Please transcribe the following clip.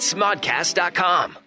Smodcast.com